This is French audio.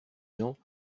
gens